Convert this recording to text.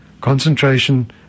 concentration